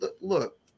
look